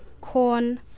corn